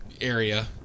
area